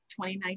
2019